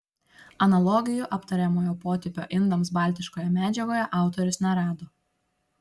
analogijų aptariamojo potipio indams baltiškoje medžiagoje autorius nerado